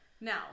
Now